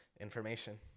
Information